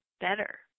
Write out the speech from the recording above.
better